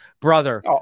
brother